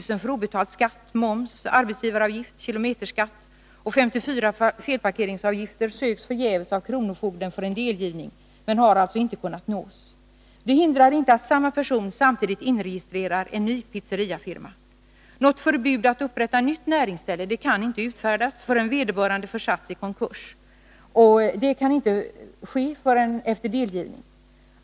i skulder för obetald skatt, moms, arbetsgivaravgift, kilometerskatt och 54 felparkeringsavgifter söks förgäves av kronofogden för delgivning, men har alltså inte kunnat nås. Det hindrar inte att samma person samtidigt inregistrerar en ny pizzeriafirma. Något förbud mot att upprätta nytt näringsställe kan inte utfärdas förrän vederbörande försatts i konkurs, och det kan inte ske förrän efter delgivning.